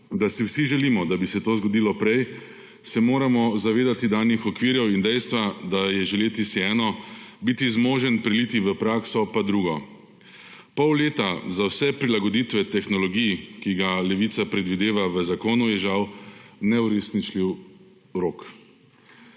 da si vsi želimo, da bi se to zgodilo prej, se moramo zavedati danih okvirov in dejstva, da je želeti si eno, biti zmožen preiti v prakso pa drugo. Pol leta za vse prilagoditve tehnologij, ki ga Levica predvideva v zakonu, je žal neuresničljiv rok.